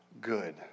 good